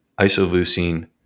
isoleucine